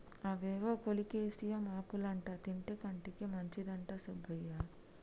అవేవో కోలేకేసియం ఆకులంటా తింటే కంటికి మంచిదంట సుబ్బయ్య